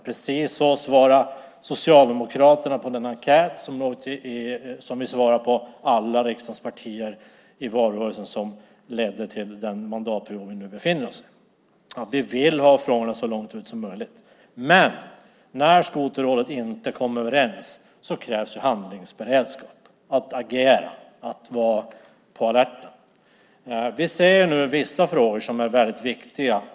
Precis så svarade Socialdemokraterna på den enkät som alla riksdagspartier svarade på i valrörelsen som ledde fram till den mandatperiod vi nu befinner oss i. Vi vill ha frågorna ute så långt som möjligt. Men när Skoterrådet inte kommer överens krävs handlingsberedskap, att man agerar och är på alerten. Vissa frågor är väldigt viktiga.